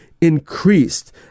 increased